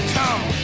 come